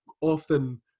often